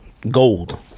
Gold